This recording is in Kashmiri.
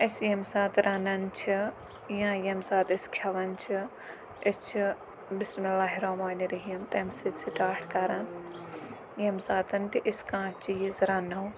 اَسہِ ییٚمہِ ساتہٕ رَنان چھِ یا ییٚمہِ ساتہٕ أسۍ کھیٚوان چھِ أسۍ چھِ بِسمہِ اللہِ الرحمٰنِ الرحیٖم تَمہِ سۭتۍ سٹاٹ کَران ییٚمہِ ساتہٕ تہِ أسۍ کانٛہہ چیٖز رَنو